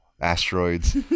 asteroids